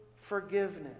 forgiveness